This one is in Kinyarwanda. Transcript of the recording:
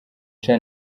cha